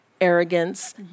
arrogance